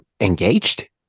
engaged